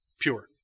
pure